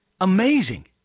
Amazing